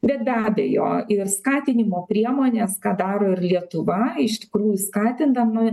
bet be abejo ir skatinimo priemonės ką daro ir lietuva iš tikrųjų skatindama